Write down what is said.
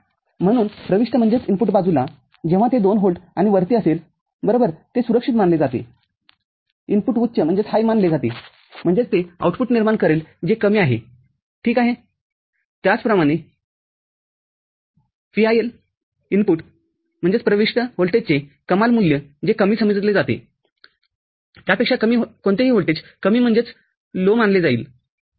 म्हणून प्रविष्ट बाजूला जेव्हा ते २ व्होल्ट आणि वरती असेल बरोबर ते सुरक्षित मानले जाते इनपुट उच्च मानले जातेम्हणजेचते आउटपुट निर्माण करेल जे कमी आहेठीक आहे त्याचप्रमाणे VIL इनपुट प्रविष्ट व्होल्टेजचे कमाल मूल्य जे कमीसमजले जातेत्यापेक्षा कमी कोणतेही व्होल्टेज कमी मानले जाईल